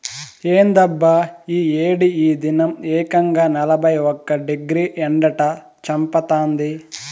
ఏందబ్బా ఈ ఏడి ఈ దినం ఏకంగా నలభై ఒక్క డిగ్రీ ఎండట చంపతాంది